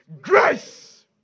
Grace